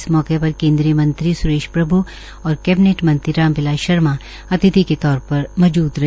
इस मौके पर केन्द्रीय मंत्री स्रेश प्रभ् और कैबिनेट मंत्री राम बिलास शर्मा अतिथि के तौर पर मौजूद रहे